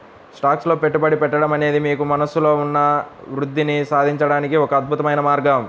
stocks లో పెట్టుబడి పెట్టడం అనేది మీకు మనస్సులో ఉన్న వృద్ధిని సాధించడానికి ఒక అద్భుతమైన మార్గం